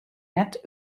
net